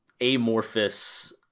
amorphous